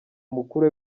mukuru